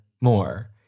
more